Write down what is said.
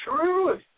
true